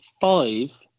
five